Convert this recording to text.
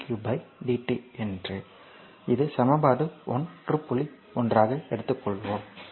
1 அதாவது ஆம்பியரில் current q என்பது கூலம்ப்களில் உள்ள சார்ஜ் மற்றும் வினாடிக்கு நேரம்